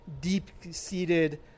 deep-seated